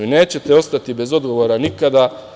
Nećete ostati bez odgovora nikada.